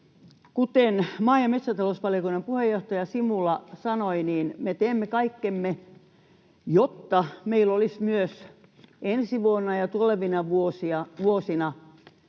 Kuten maa- ja metsätalousvaliokunnan puheenjohtaja Simula sanoi, me teemme kaikkemme, jotta meillä olisi myös ensi vuonna ja tulevina vuosina